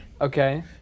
Okay